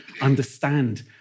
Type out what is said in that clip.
understand